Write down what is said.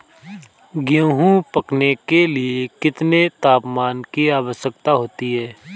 गेहूँ पकने के लिए कितने तापमान की आवश्यकता होती है?